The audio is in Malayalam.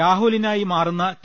രാഹുലിനായി മാറുന്ന ടി